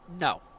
No